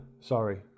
sorry